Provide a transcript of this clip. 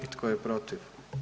I tko je protiv?